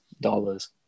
dollars